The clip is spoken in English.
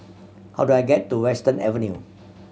how do I get to Western Avenue